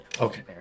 Okay